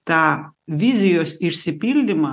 tą vizijos išsipildymą